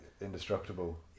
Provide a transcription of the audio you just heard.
indestructible